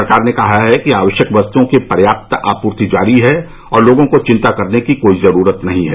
सरकार ने कहा है कि आवश्यक वस्तुओं की पर्याप्त आपूर्ति जारी है और लोगों को चिंता करने की कोई जरूरत नहीं है